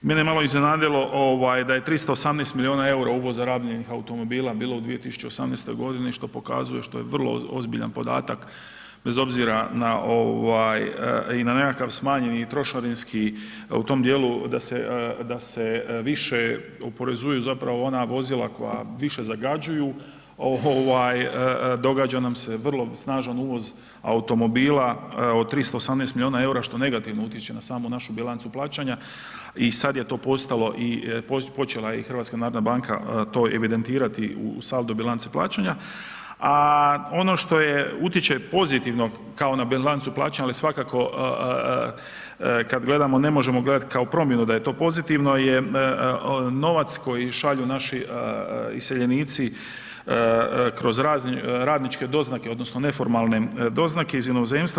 Mene malo iznenadilo ovaj da je 318 miliona EUR-a uvoza rabljenih automobila bilo u 2018. godini što pokazuje što je vrlo ozbiljan podatak bez obzira na ovaj i na nekakav smanjeni trošarinski, u tom dijelu da se više oporezuju zapravo ona vozila koja više zagađuju događa nam se vrlo snažan uvoz automobila od 318 miliona EUR-a što negativno utječe na samu našu bilancu plaćanja i sad je to postalo i počela je i HNB to evidentirati u saldo bilance plaćanja, a ono što je utječe pozitivno kao na bilancu plaćanja, ali svakako kad gledamo ne možemo gledati kao promjenu da je to pozitivno je novac koji šalju naši iseljenici kroz radničke doznake odnosno neformalne doznake iz inozemstva.